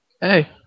Hey